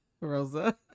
Rosa